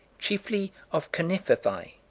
chiefly of conifervae.